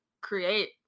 create